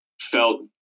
felt